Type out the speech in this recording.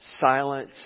Silence